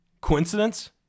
Coincidence